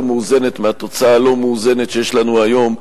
מאוזנת מהתוצאה הלא-מאוזנת שיש לנו היום,